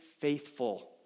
faithful